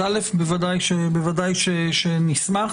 נשמח.